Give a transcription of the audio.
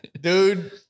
Dude